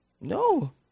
No